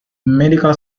medical